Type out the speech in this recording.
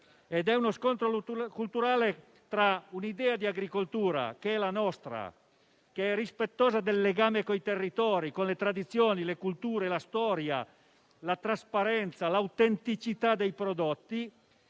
uno scontro culturale in atto tra un'idea di agricoltura come la nostra, rispettosa del legame con i territori, le tradizioni, le culture, la storia, la trasparenza e l'autenticità dei prodotti